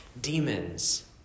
demons